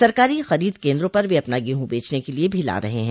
सरकारी खरीद केंद्रो पर वे अपना गेहू बेचने के लिए भी ला रह हैं